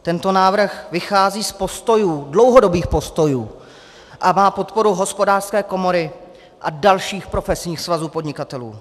Tento návrh vychází z postojů, dlouhodobých postojů, a má podporu Hospodářské komory a dalších profesních svazů podnikatelů.